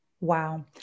Wow